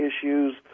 issues